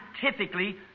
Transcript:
scientifically